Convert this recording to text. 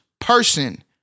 person